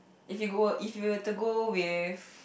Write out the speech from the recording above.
if you go if you were to go with